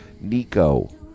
nico